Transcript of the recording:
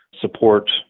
support